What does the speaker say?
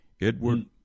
Edward